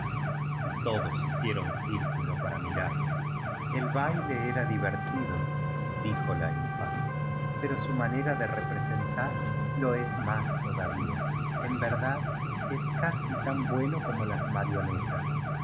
y todos hicieron círculo para mirarle el baile era divertidodijo la infanta pero su manera de representar lo es más todavía en verdad es casi tan bueno como las marionetas